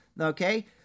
okay